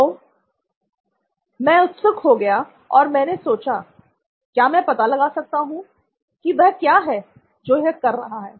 तो मैं उत्सुक हो गया और मैंने सोचा "क्या मैं पता लगा सकता हूं कि वह क्या है जो यह कर रहा है